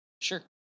Sure